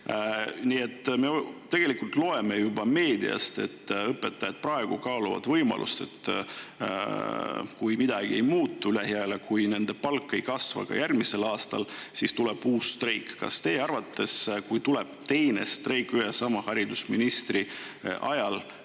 Nii et me tegelikult juba loeme meediast, et õpetajad praegu kaaluvad võimalust, et kui midagi ei muutu lähiajal, kui nende palk ei kasva ka järgmisel aastal, siis tuleb uus streik. Kas teie arvates, kui tuleb teine streik ühe ja sama haridusministri ajal,